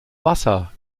wasser